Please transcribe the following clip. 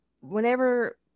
whenever